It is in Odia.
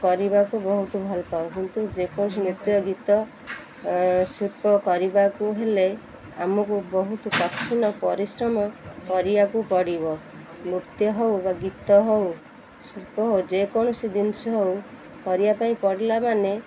କରିବାକୁ ବହୁତ ଭଲ ପାଉ କିନ୍ତୁ ଯେକୌଣସି ନୃତ୍ୟ ଗୀତ ଶିଳ୍ପ କରିବାକୁ ହେଲେ ଆମକୁ ବହୁତ କଠିନ ପରିଶ୍ରମ କରିବାକୁ ପଡ଼ିବ ନୃତ୍ୟ ହଉ ବା ଗୀତ ହଉ ଶିଳ୍ପ ହଉ ଯେକୌଣସି ଜିନିଷ ହଉ କରିବା ପାଇଁ ପଡ଼ିଲା ମାନେ